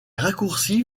raccourcis